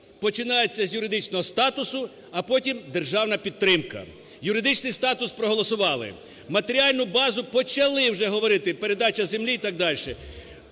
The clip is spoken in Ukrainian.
Починається з юридичного статусу, а потім державна підтримка. Юридичний статус проголосували, матеріальну базу почали вже говорити, передача землі і так далі.